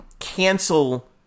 cancel